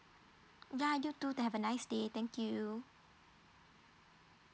yeah you too have a nice day thank you